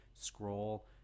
scroll